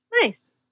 Nice